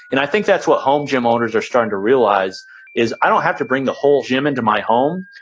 and i think that's what home gym owners are starting to realize is i don't have to bring the whole gym into my home,